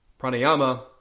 Pranayama